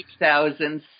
2006